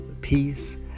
peace